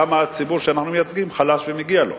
כמה הציבור שאנחנו מייצגים חלש ומגיע לו.